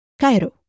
Cairo